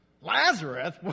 Lazarus